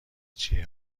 چیه